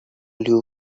you